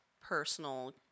personal